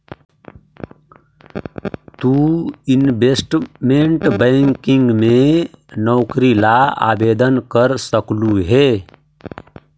तु investment banking में नौकरी ला आवेदन कर सकलू हे